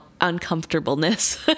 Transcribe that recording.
uncomfortableness